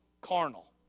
Carnal